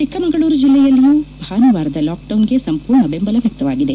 ಚಿಕ್ಕಮಗಳೂರು ಜಿಲ್ಲೆಯಲ್ಲಿಯೂ ಭಾನುವಾರದ ಲಾಕ್ ಡೌನ್ಗೆ ಸಂಪೂರ್ಣ ಬೆಂಬಲ ವ್ವಕ್ತವಾಗಿದೆ